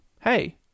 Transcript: hey